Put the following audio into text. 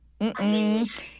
Mm-mm